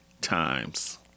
times